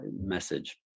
message